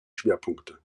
schwerpunkte